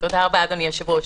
תודה רבה, אדוני היושב-ראש.